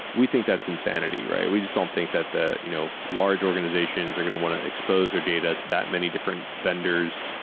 we think that's insanity, right? we just don't think that the you know large organizations are going to want to expose their data to that many different vendors.